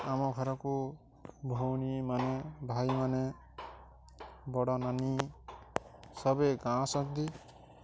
ଆମ ଘରକୁ ଭଉଣୀମାନେ ଭାଇମାନେ ବଡ଼ ନାନୀ ସଭିଏଁ ଗାଁ ଆସନ୍ତି